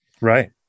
Right